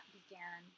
began